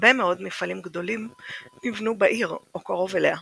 הרבה מאוד מפעלים גדולים נבנו בעיר או קרוב אליה.